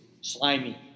slimy